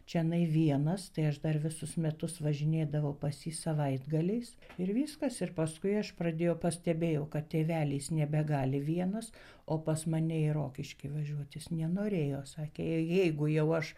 čionai vienas tai aš dar visus metus važinėdavau pas jį savaitgaliais ir viskas ir paskui aš pradėjau pastebėjau kad tėvelis nebegali vienas o pas mane į rokiškį važiuot jis nenorėjo sakė jeigu jau aš